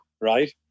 right